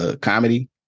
comedy